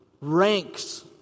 ranks